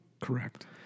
Correct